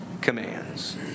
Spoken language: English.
commands